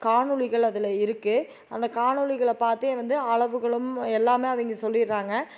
காணொளிகள் அதில் இருக்குது அந்த காணொளிகளை பார்த்தே வந்து அளவுகளும் எல்லாம் அவங்க சொல்லிடுறாங்க